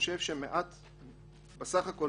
סך הכול